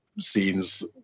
scenes